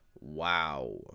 wow